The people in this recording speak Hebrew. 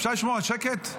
אפשר לשמור על שקט?